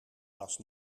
was